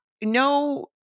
no